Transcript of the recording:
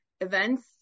events